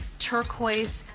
turquoise,